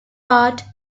part